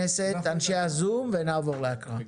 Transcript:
אנשי הזום ונעבור להקראה,